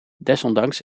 desondanks